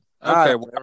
Okay